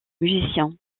musiciens